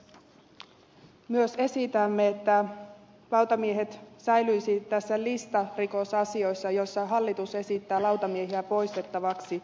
lisäksi sitten myös esitämme että lautamiehet säilyisivät näissä listarikosasioissa joista hallitus esittää lautamiehiä poistettavaksi